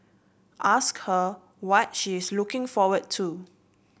ask her what she is looking forward to